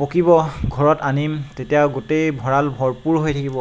পকিব ঘৰত আনিম তেতিয়া গোটেই ভঁৰাল ভৰপূৰ হৈ থাকিব